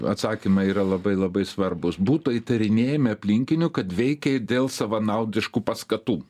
atsakymai yra labai labai svarbūs butų įtarinėjami aplinkinių kad veikė dėl savanaudiškų paskatų